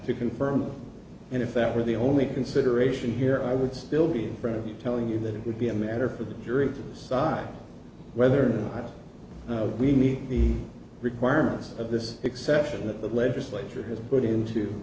to confirm and if that were the only consideration here i would still be in front of you telling you that it would be a matter for the jury decide whether we meet the requirements of this exception that the legislature has put into